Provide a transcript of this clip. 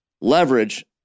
leverage